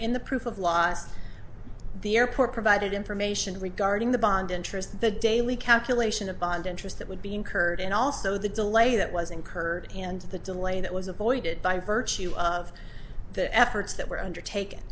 g the proof of lies the airport provided information regarding the bond interest the daily calculation of bond interest that would be incurred and also the delay that was incurred and the delay that was avoided by virtue of the efforts that were undertaken